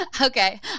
Okay